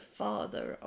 father